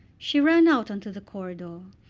she ran out on to the corridor,